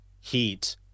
heat